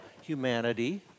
humanity